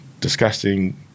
disgusting